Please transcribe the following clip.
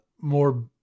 more